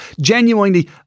Genuinely